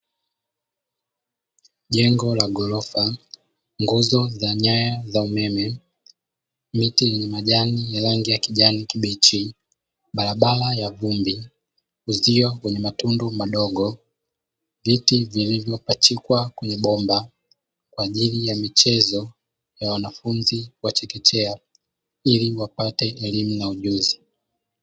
Jengo la ghorofa, nguzo za nyaya za umeme, miti yenye majani yenye rangi ya kijani kibichi, barabara ya vumbi, uzio wenye matundu madogo, viti vilivyopachikwa kwenye mabomba kwa ajili ya michezo ya wanafunzi wa chekechea ili wapate elimu na ujuzi.